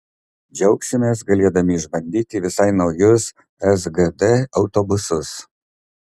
džiaugsimės galėdami išbandyti visai naujus sgd autobusus